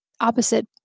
opposite